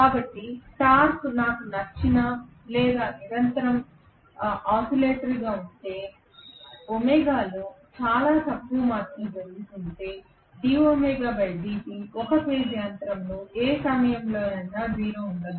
కాబట్టి టార్క్ నాకు నచ్చినా లేదా నిరంతరం ఒసిలేటరీగా ఉంటే ఒమేగాలో చాలా తక్కువ మార్పులు జరుగుతుంటే ఒకే ఫేజ్ యంత్రంలో ఏ సమయంలోనైనా 0 ఉండదు